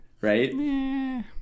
Right